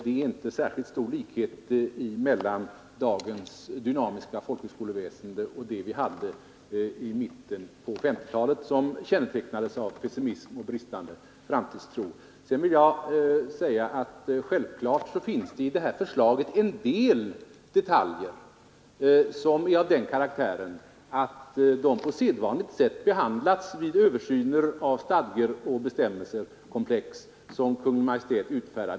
Det är inte särskilt stor likhet mellan dagens dynamiska folkhögskoleväsende och det vi hade i mitten på 1950-talet, som var kännetecknat av pessimism och bristande framtidstro. Därutöver vill jag säga att det självfallet i detta förslag finns en del detaljer som har sådan karaktär att de på sedvanligt sätt behandlats vid de Översyner som ständigt sker av stadgor och bestämmelser utfärdade av Kungl. Maj:t.